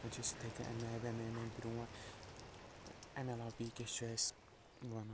پَکان چھِ أسۍ یِتھٕے کٔنۍ اَمہِ آیہ اَمے امے برۄنٛٹھ اَمہِ علاوٕ بیٚیہِ کیاہ چھُ اَسہِ وَنُن